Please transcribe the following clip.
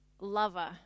lover